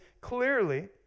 clearly